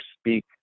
speak